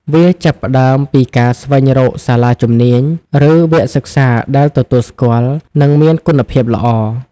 វាចាប់ផ្តើមពីការស្វែងរកសាលាជំនាញ ឬវគ្គសិក្សាដែលទទួលស្គាល់ និងមានគុណភាពល្អ។